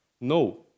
no